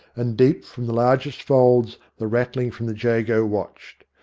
and deep from the largest folds the ratling from the j ago watched.